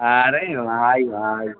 আরে ভাই ভাই